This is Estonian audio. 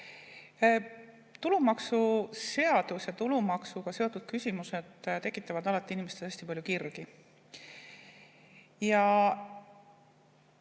Tulumaksuseadus ja tulumaksuga seotud küsimused tekitavad alati inimestes hästi palju kirgi. Ja